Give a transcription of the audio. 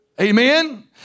Amen